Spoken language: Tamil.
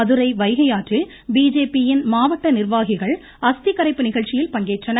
மதுரை வைகையாற்றில் பிஜேபி யின் மாவட்ட நிர்வாகிகள் அஸ்தி கரைப்பு நிகழச்சியில் பங்கேற்றனர்